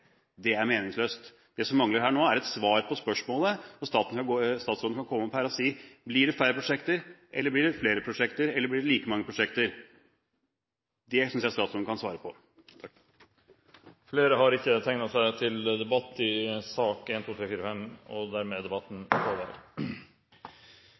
innlegg, er meningsløst. Det som mangler her nå, er et svar på spørsmålet. Statsråden kan komme opp her og si om det blir færre prosjekter, flere prosjekter eller like mange prosjekter. Det synes jeg statsråden kan svare på. Flere har ikke bedt om ordet til sakene nr. 1–5. Etter ønske fra helse- og omsorgskomiteen vil presidenten foreslå at sakene nr. 6 og